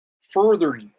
further